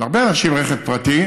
להרבה אנשים יש רכב פרטי.